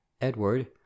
Edward